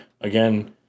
again